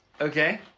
Okay